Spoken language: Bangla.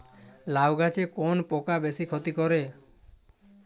লাউ গাছে কোন পোকা বেশি ক্ষতি করে?